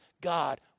God